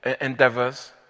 endeavors